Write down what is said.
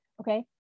Okay